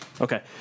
Okay